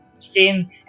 seen